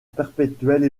perpétuelle